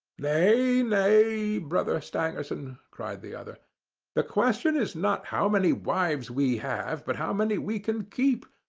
nay, nay, brother stangerson, cried the other the question is not how many wives we have, but how many we can keep.